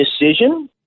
decision